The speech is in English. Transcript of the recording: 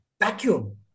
vacuum